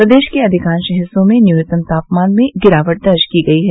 प्रदेश के अधिकांश हिस्सों में न्यूनतम तापमान में गिरावट दर्ज की गयी है